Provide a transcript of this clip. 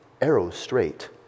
arrow-straight